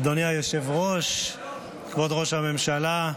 אדוני היושב-ראש, כבוד ראש הממשלה,